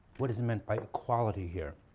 what is meant by equality here?